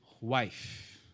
wife